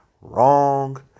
Wrong